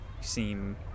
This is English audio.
seem